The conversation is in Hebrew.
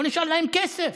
לא נשאר להם כסף,